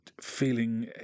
feeling